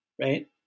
right